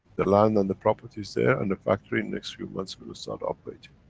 the land and the property is there. and the factory, in next few months, will start operating.